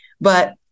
But-